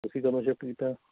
ਤੁਸੀਂ ਕਦੋਂ ਸਿਫਟ ਕੀਤਾ